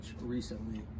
recently